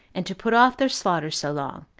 and to put off their slaughter so long,